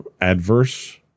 adverse